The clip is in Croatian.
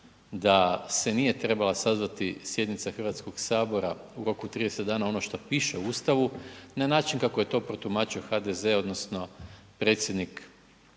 da se nije trebala sazvati sjednica Hrvatskog sabora u roku od 30 dana ono što piše u Ustavu na način kako je to protumačio HDZ odnosno predsjednik Hrvatskog